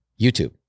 YouTube